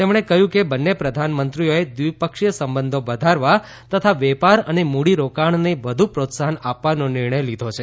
તેમણે કહ્યું કે બંન્ને પ્રધાનમંત્રીઓએ દ્વિપક્ષીય સંબધો વધારવા તથા વેપાર અને મૂડીરોકાણને વધુ પ્રોત્સાફન આપવાનો નિર્ણય લીધો છે